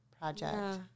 project